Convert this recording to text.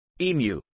Emu